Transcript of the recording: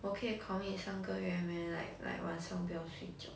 我可以 commit 三个月 meh like like 晚上不要睡觉